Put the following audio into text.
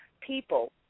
people